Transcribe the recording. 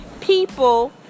people